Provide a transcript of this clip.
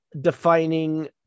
defining